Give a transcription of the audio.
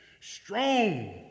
strong